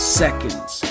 seconds